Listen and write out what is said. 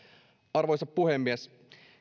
arvoisa puhemies